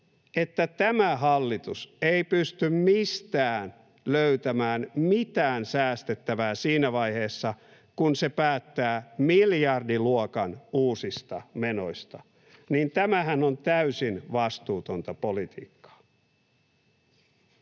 että tämä hallitus ei pysty mistään löytämään mitään säästettävää siinä vaiheessa, kun se päättää miljardiluokan uusista menoista — tämähän on täysin vastuutonta politiikkaa.